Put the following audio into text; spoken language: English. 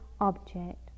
object